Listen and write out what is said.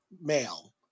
male